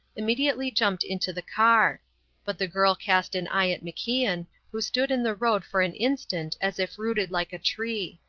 immediately jumped into the car but the girl cast an eye at macian, who stood in the road for an instant as if rooted like a tree.